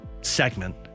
segment